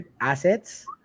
assets